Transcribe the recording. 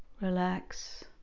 relax